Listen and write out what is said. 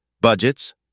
Budgets